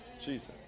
Jesus